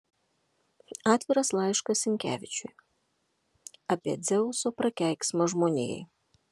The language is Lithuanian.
atviras laiškas sinkevičiui apie dzeuso prakeiksmą žmonijai